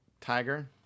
tiger